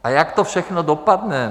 A jak to všechno dopadne?